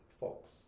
folks